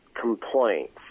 complaints